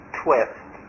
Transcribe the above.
twist